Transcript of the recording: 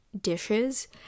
dishes